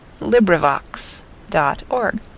LibriVox.org